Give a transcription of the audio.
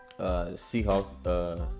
Seahawks